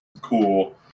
cool